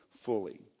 fully